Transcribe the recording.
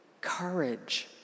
courage